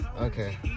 Okay